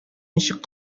ничек